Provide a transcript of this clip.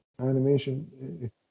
animation